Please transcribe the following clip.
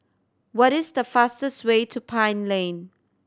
what is the fastest way to Pine Lane